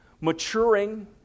maturing